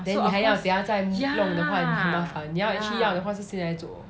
then 你还要等下再弄的话你很麻烦你需要的话就现在做